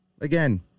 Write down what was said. Again